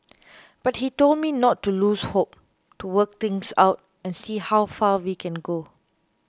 but he told me not to lose hope to work things out and see how far we can go